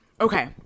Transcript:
Okay